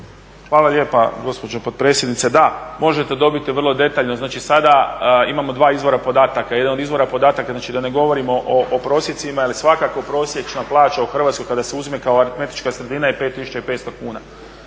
Hvala lijepa gospođo potpredsjednice. Da, možete dobiti vrlo detaljno. Znači sada imamo dva izvora podataka. Jedan od izvora podataka, znači da ne govorimo o prosjecima jer svakako prosječna plaća u Hrvatskoj kada se uzme kao aritmetička sredina je 5500 kuna.